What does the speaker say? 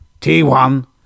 T1